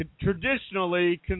Traditionally